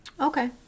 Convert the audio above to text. Okay